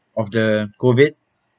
of the COVID